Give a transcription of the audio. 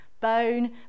Bone